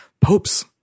popes